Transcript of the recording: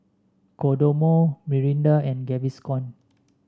Kodomo Mirinda and Gaviscon